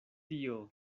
tio